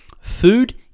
Food